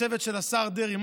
לצוות של השר דרעי,